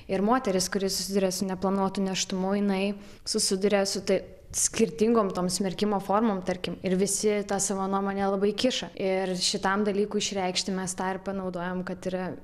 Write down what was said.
ir moteris kuri susiduria su neplanuotu nėštumu jinai susiduria su tai skirtingom tom smerkimo formom tarkim ir visi tą savo nuomonę labai kiša ir šitam dalykui išreikšti mes tą ir panaudojom kad yra